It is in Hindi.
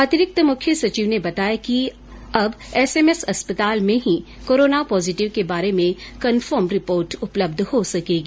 अतिरिक्त मुख्य सचिव ने बताया कि अब एसएमएस अस्पताल में ही कोरोना पॉजिटिव के बारे में कनफर्म रिपोर्ट उपलब्ध हो सकेगी